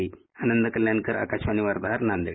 आनंद कल्याणकर आकाशवाणी वार्ताहर नांदेड